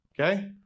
okay